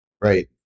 right